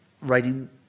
writing